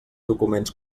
documents